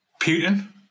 Putin